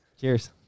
Cheers